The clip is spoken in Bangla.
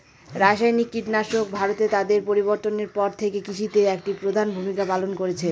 রাসায়নিক কীটনাশক ভারতে তাদের প্রবর্তনের পর থেকে কৃষিতে একটি প্রধান ভূমিকা পালন করেছে